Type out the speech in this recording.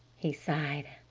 he sighed,